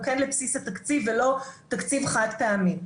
הוא כן לבסיס התקציב ולא תקציב חד פעמי.